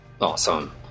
Awesome